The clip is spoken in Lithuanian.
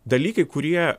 dalykai kurie